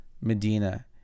Medina